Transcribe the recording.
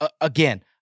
Again